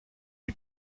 lui